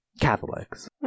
Catholics